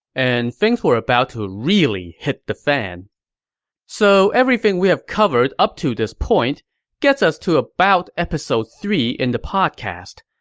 and things were about to really hit the fan so everything we've covered up to this point gets us to about episode three in the novel.